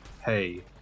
hey